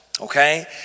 Okay